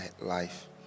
life